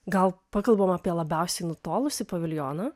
gal pakalbam apie labiausiai nutolusį paviljoną